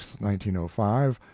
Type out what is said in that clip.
1905